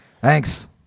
thanks